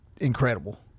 incredible